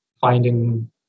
finding